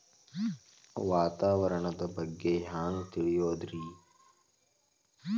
ವಾತಾವರಣದ ಬಗ್ಗೆ ಹ್ಯಾಂಗ್ ತಿಳಿಯೋದ್ರಿ?